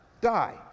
Die